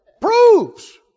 Proves